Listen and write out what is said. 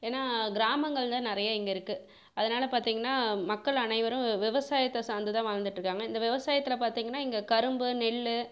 ஏன்னால் கிராமங்கள்தான் நிறைய இங்கே இருக்குது அதனால் பார்த்தீங்கன்னா மக்கள் அனைவரும் விவசாயத்தை சார்ந்துதான் வாழ்ந்துட்டிருக்காங்க இந்த விவசாயத்தில் பார்த்தீங்கன்னா இங்கே கரும்பு நெல்